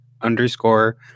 underscore